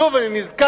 שוב אני נזקק,